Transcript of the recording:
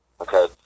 okay